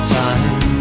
time